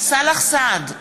סאלח סעד,